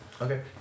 Okay